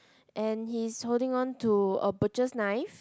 and he's holding onto a butcher's knife